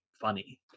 funny